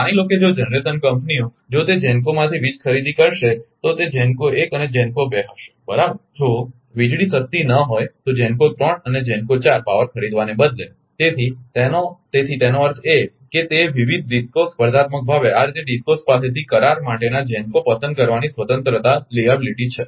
માની લો કે જો જનરેશન કંપનીઓ જો તે GENCOs માંથી વીજ ખરીદી કરશે તો તે GENCO 1 અને GENCO 2 હશે બરાબર જો વીજળી સસ્તી ન હોય તો GENCO 3 અને GENCO 4 પાવર ખરીદવાને બદલે તેથી તેથી તેનો અર્થ એ કે તે વિવિધ ડિસ્કો સ્પર્ધાત્મક ભાવે આ રીતે DISCOs પાસે કરાર માટેના GENCO પસંદ કરવાની સ્વતંત્રતા છે